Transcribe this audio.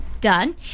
done